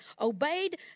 obeyed